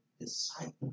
disciple